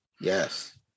Yes